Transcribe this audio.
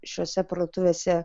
šiose parduotuvėse